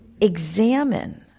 examine